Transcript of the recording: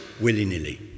willy-nilly